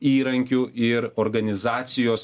įrankių ir organizacijos